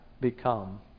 become